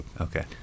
Okay